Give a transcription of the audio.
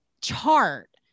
chart